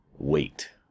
wait